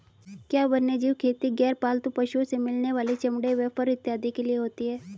क्या वन्यजीव खेती गैर पालतू पशुओं से मिलने वाले चमड़े व फर इत्यादि के लिए होती हैं?